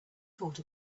thought